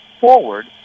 forward